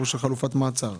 חלופת מעצר.